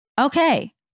okay